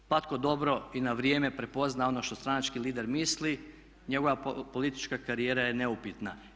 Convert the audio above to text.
Pa tko dobro i na vrijeme prepozna ono što stranački lider misli njegova politička karijera je neupitna.